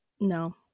no